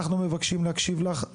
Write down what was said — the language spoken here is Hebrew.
אנחנו מבקשים להקשיב לך.